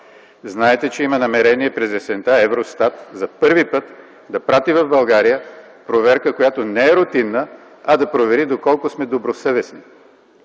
Знаете, че има намерение през есента „Евростат” за първи път да прати в България проверка, която не е рутинна, а да провери доколко сме добросъвестни.